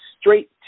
straight